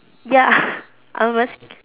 ya I'm asking